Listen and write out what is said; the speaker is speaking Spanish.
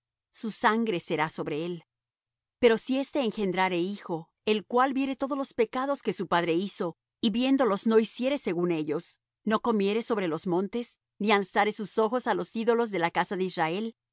su sangre será sobre él pero si éste engrendrare hijo el cual viere todos los pecados que su padre hizo y viéndolos no hiciere según ellos no comiere sobre los montes ni alzare sus ojos á los ídolos de la casa de israel